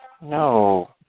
No